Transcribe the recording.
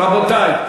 רובי,